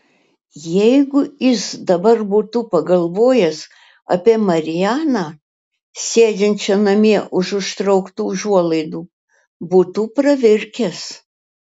jeigu jis dabar būtų pagalvojęs apie marianą sėdinčią namie už užtrauktų užuolaidų būtų pravirkęs